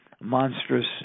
monstrous